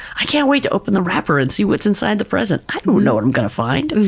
i can't wait to open the wrapper and see what's inside the present. i don't know what i'm going to find,